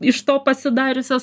iš to pasidariusios